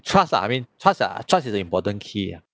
trust lah I mean trust ah trust is a important key ah